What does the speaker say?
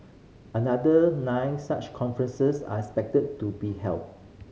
another nine such conferences are expected to be held